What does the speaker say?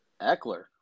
eckler